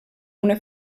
una